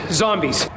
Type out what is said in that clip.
zombies